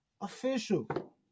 official